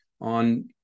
on